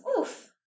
Oof